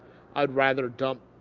i'd rather dump,